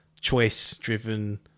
choice-driven